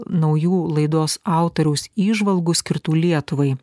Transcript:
naujų laidos autoriaus įžvalgų skirtų lietuvai